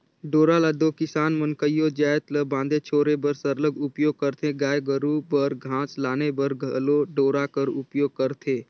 डोरा ल दो किसान मन कइयो जाएत ल बांधे छोरे बर सरलग उपियोग करथे गाय गरू बर घास लाने बर घलो डोरा कर उपियोग करथे